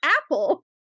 apple